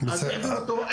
אז העבירו אותו,